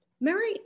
Mary